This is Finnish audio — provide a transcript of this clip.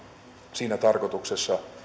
siinä tarkoituksessa